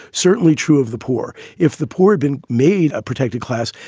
certainly true of the poor, if the poor had been made a protected class,